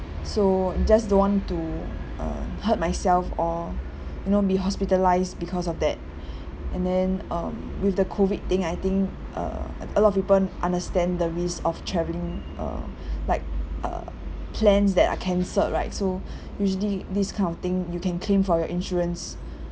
so just don't want to um hurt myself or you know be hospitalised because of that and then um with the COVID thing I think uh a lot of people understand the risk of travelling uh like uh planes that are cancelled right so usually this kind of thing you can claim for your insurance